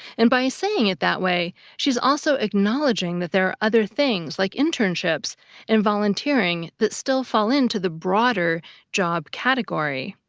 and by saying it that way, she's also acknowledging that there are other things, like internships and volunteering, that still fall in the broader job category.